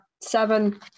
seven